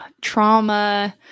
trauma